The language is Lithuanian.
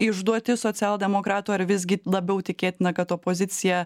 išduoti socialdemokratų ar visgi labiau tikėtina kad opozicija